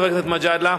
חבר הכנסת מג'אדלה,